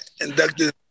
inducted